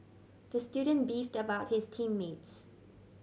the student beefed about his team mates